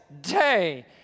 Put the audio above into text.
day